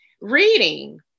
reading